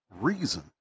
reason